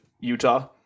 utah